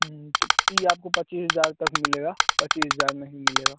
हूं तो ये आपको पचीस हजार तक मिलेगा पचीस हजार में ही मिलेगा